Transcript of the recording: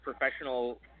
professional